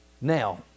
Now